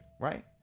right